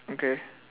okay